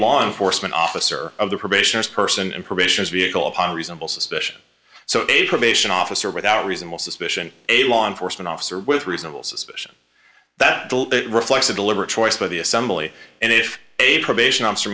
law enforcement officer of the probationers person and permissions vehicle upon reasonable suspicion so a probation officer without reasonable suspicion a law enforcement officer with reasonable suspicion that reflects a deliberate choice by the assembly and if a probation officer